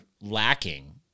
lacking